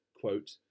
quote